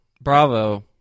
Bravo